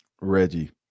Reggie